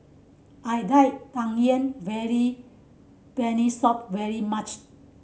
I like Tang Yuen very Peanut Soup very much